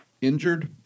injured